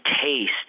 taste